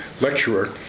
lecturer